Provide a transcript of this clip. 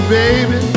baby